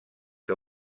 que